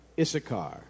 Issachar